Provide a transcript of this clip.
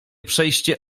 przejście